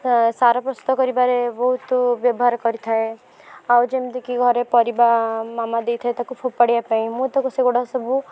ସାର ପ୍ରସ୍ତୁତ କରିବାରେ ବହୁତ ବ୍ୟବହାର କରିଥାଏ ଆଉ ଯେମିତିକି ଘରେ ପରିବା ମାମା ଦେଇଥାଏ ତାକୁ ଫୋପାଡିବା ପାଇଁ ମୁଁ ତାକୁ ସେଗୁଡ଼ା ସବୁ